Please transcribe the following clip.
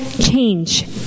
change